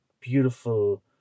beautiful